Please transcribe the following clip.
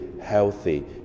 healthy